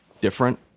different